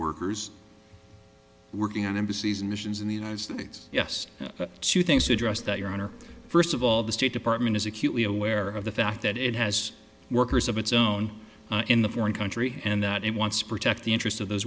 workers working on embassies missions in the united states yes two things address that your honor first of all the state department is acutely aware of the fact that it has workers of its own in the foreign country and that it wants to protect the interest of those